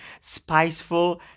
spiceful